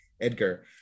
Edgar